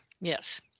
yes